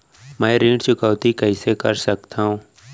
मैं ऋण चुकौती कइसे कर सकथव?